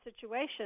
situation